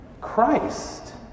Christ